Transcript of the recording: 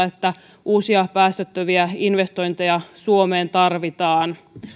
että uusia päästöttömiä investointeja suomeen tarvitaan